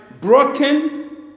broken